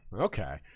Okay